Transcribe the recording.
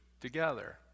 together